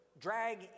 drag